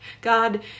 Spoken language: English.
God